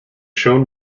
shown